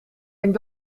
denkt